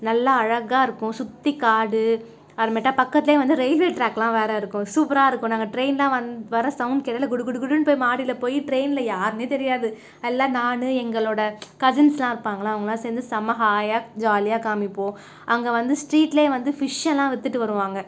நல்லா அழகாக இருக்கும் சுற்றி காடு அப்புறமேட்டு பக்கத்துலேயே வந்து ரயில்வே ட்ராக்லாம் வேறு இருக்கும் சூப்பராக இருக்கும் நாங்கள் ட்ரெயின்லாம் வந் வர சவுண்ட் கேட்டாலே குடு குடு குடுன்னு போய் ட்ரெயினில் யாருன்னே தெரியாது எல்லா நான் எங்களோடய கசின்ஸ்லாம் இருப்பாங்களில் அவங்களாம் சேர்ந்து செம்ம ஹாயா ஜாலியாக காமிப்போம் அங்கே வந்து ஸ்ட்ரீட்லே வந்து ஃபிஷ்ஷெல்லாம் விற்றுட்டு வருவாங்கள்